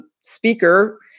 speaker